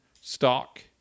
stock